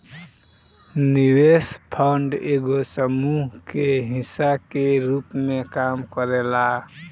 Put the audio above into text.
निवेश फंड एगो समूह के हिस्सा के रूप में काम करेला